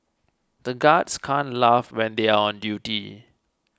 the guards can't laugh when they are on duty